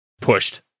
pushed